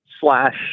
slash